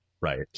Right